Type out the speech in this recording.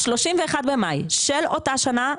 ה-31 במאי של אותה שנה,